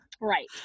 Right